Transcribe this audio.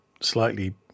slightly